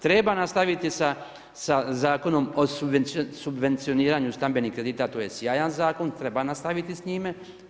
Treba nastaviti sa Zakonom o subvencioniranju stambenih kredita, to je sjajan zakon treba nastaviti s njime.